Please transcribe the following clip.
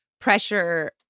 Pressure